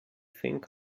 think